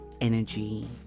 Energy